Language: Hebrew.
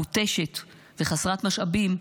מותשת וחסרת משאבים,